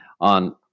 on